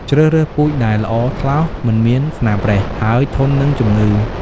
ជ្រើសរើសពូជដែលល្អ ថ្លោស មិនមានស្នាមប្រេះ ហើយធន់នឹងជំងឺ។